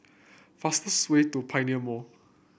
fastest way to Pioneer Mall